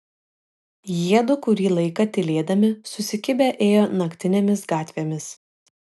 jiedu kurį laiką tylėdami susikibę ėjo naktinėmis gatvėmis